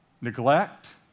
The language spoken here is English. neglect